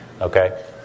Okay